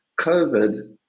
COVID